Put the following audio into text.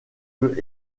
peut